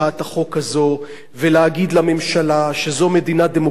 הזאת ולהגיד לממשלה שזו מדינה דמוקרטית,